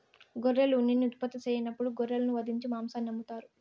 గొర్రెలు ఉన్నిని ఉత్పత్తి సెయ్యనప్పుడు గొర్రెలను వధించి మాంసాన్ని అమ్ముతారు